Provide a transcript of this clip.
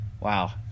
wow